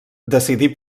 decidí